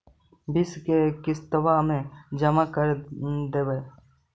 बिस किस्तवा मे जमा कर देवै?